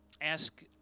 ask